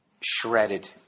shredded